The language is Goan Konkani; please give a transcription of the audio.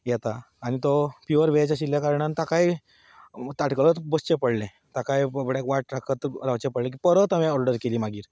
येता आनी तो प्युवर वॅज आशिल्ल्या कारणान ताकाय तातकळत बसचें पडलें ताकाय बाबड्याक वाट राखत रावचें पडलें परत हांवें ऑर्डर केली मागीर